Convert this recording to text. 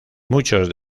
muchos